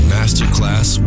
Masterclass